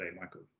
Michael